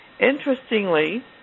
Interestingly